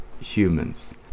humans